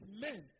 men